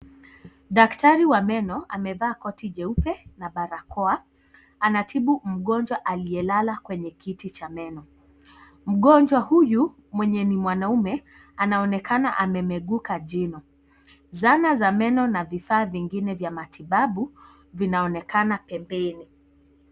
Daktari wa meno amevaa koti jeupe na barakoa. Anatibu mgonjwa aliyelala kwenye kiti cha meno. Mgonjwa huyu mwenye ni mwanaume anaonekana amemeguka jino. Zana za meno na vifaa vingine vya matibabu vinaonekana pembeni.